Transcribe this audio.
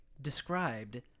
described